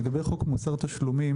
לגבי חוק מוסר תשלומים